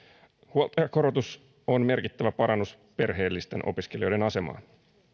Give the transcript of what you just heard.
huoltajakorotus on merkittävä parannus perheellisten opiskelijoiden asemaan